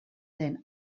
den